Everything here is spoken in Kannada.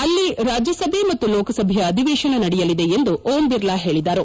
ಅಲ್ಲಿ ರಾಜ್ಯಸಭೆ ಮತ್ತು ಲೋಕಸಭೆಯ ಅಧಿವೇಶನ ನಡೆಯಲಿದೆ ಎಂದು ಓಂ ಬಿರ್ಲಾ ಹೇಳಿದರು